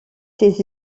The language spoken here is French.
ses